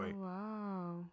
wow